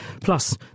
Plus